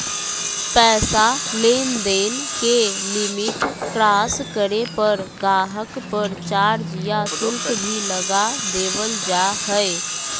पैसा लेनदेन के लिमिट क्रास करे पर गाहक़ पर चार्ज या शुल्क भी लगा देवल जा हय